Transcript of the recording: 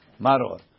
maror